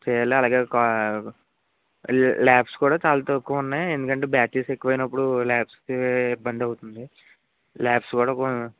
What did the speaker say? చేయాల అలాగే ల్యాబ్స్ కూడా చాలా తక్కువున్నాయి ఎందుకంటే బ్యాచెస్ ఎక్కువైనప్పుడు ల్యాబ్స్కి ఇబ్బందవుతుంది ల్యాబ్స్ కూడా